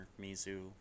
Mizu